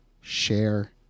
share